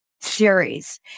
series